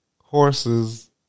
horses